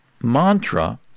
mantra